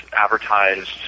advertised